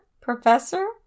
professor